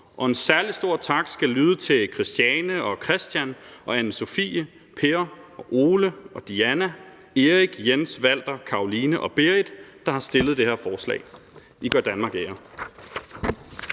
og en særlig stor tak skal lyde til Christiane, Kristian, Anne-Sophie, Per, Ole, Diana, Erik, Jens, Walter, Karoline og Berit, der har stillet det her forslag. I gør Danmark ære.